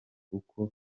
uko